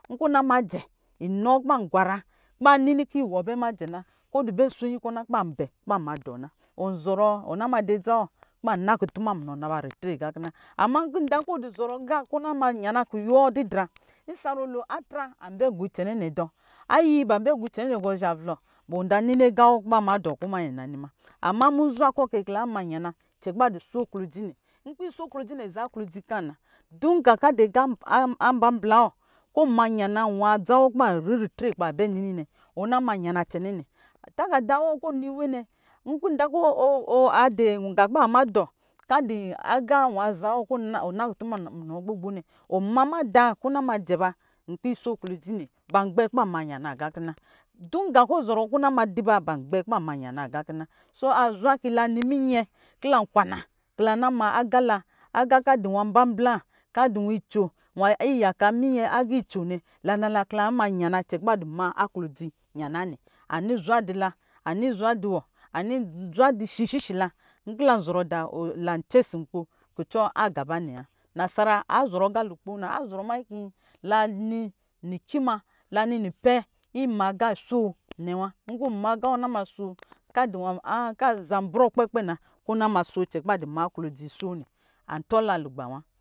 Nkɔ na majɛ, inɔ kuban gwara ki ba nini kiwɔ bɛ majɛ na kiwɔ bɛ so nyi kɔ na kiba bɛ ki ba madɔ na ɔnzɔrɔ kɔ ma dedzawɔ ki bana kutuma munɔ naba ritrena, ama nki nda ki ɔdi zɔrɔ gā kɔ na ma yana kuyo wɔ didi ā atra anbɛ gɔ ikɛnɛ nɛ gu dɔ ayi ban bɛ gɔ kɛnɛ gɔ zhavlɔ wɔ da nini ga wɔ ki ba ma dɔ nɛ ma, ama muzwa kɔ kɛ kɔ ma yana nkpi so klodzinɛ, ga ka di aga wɔ ambla bla wɔ nyi ritre ki ba bɛ nini nɛ takada wɔ kɔ nɔ we nɛ nki nda kɔn adi ga kuba ma dɔ ka di nwa za wɔ kɔ na kutuma munɔ gbo gbo nɛ, ɔnma mada na majɛ nkpi so klodzi nɛ ban gbɛ kiba ma yana ga kina dun ga kɔ zɔrɔ kɔna madiba ban gbɛ ki ba mayana ga kina, azwa kila ni minyɛ kila kwana kila na maa aga la aga ka di nwa ambla bla ka di wicoo agiicoo nɛ la na mayana cɛ kiba dima aklodzi yana nɛ ani zwa dila, ani zwa di wɔ, ani zwa di shishishila nkila zɔrɔ da lan cɛsi nko kucɔ aga banɛ a nasara azɔrɔ agalo kpo na azɔrɔ mayi kilani ni ci ma ima gasa nɛwa, nkɔ ɔn magawɔ maso cɛ kā an brɔ kpɛ kpɛ na kɔ̄ na maso kɛ cɛ kiba ma klodzi maso nɛ ā tɔla lugba wa.